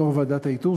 יו"ר ועדת האיתור,